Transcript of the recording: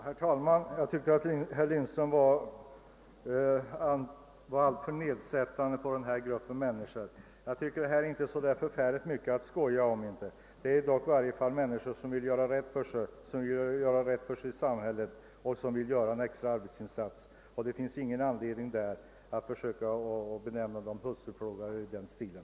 Herr talman! Jag tycker att herr Lindström talade alltför nedsättande om denna grupp av människor. Det här är inte så mycket att skoja om! Det är dock människor som vill göra rätt för sig i samhället och som vill göra en extra arbetsinsats. Det finns ingen anledning att kalla dem hustruplågare eller något i den stilen.